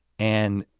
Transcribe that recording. and